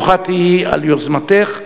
ברוכה תהיי על יוזמתך.